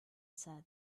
said